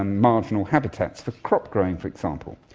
ah marginal habitats for crop growing, for example.